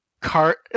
Cart